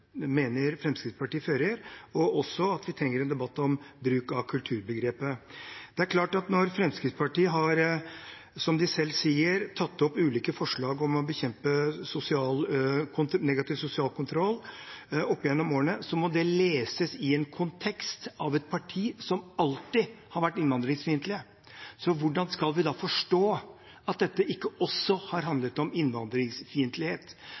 mener Fremskrittspartiet fører – og også en debatt om bruk av kulturbegrepet. Det er klart at når Fremskrittspartiet har, som de selv sier, tatt opp ulike forslag om å bekjempe negativ sosial kontroll opp gjennom årene, må det leses i en kontekst av et parti som alltid har vært innvandringsfiendtlig. Hvordan skal vi da forstå at dette ikke også har